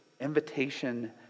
invitation